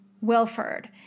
Wilford